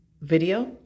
video